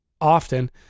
often